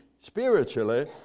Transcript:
spiritually